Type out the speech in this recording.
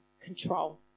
control